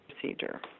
procedure